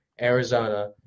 Arizona